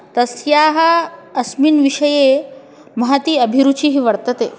तस्याः अस्मिन् विषये महती अभिरुचिः वर्तते